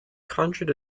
conjured